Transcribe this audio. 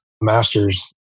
master's